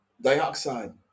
Dioxide